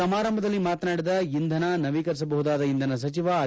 ಸಮಾರಂಭದಲ್ಲಿ ಮಾತನಾಡಿದ ಇಂಧನ ನವೀಕರಿಸಬಹುದಾದ ಇಂಧನ ಸಚಿವ ಆರ್